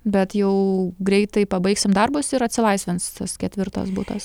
bet jau greitai pabaigsim darbus ir atsilaisvins tas ketvirtas butas